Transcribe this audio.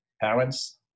parents